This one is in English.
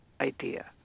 idea